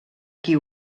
qui